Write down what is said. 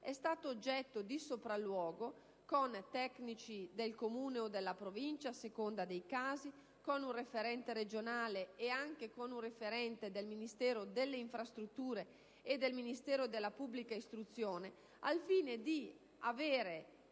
è stato oggetto di sopralluogo con tecnici del Comune o della Provincia, a seconda dei casi, con un referente regionale e anche con un referente del Ministero delle infrastrutture e del Ministero della pubblica istruzione, al fine di avere